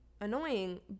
annoying